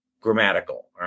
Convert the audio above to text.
grammatical